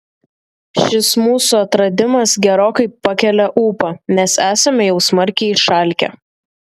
šis mūsų atradimas gerokai pakelia ūpą nes esame jau smarkiai išalkę